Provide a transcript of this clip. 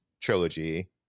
trilogy